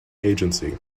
agency